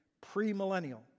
Pre-millennial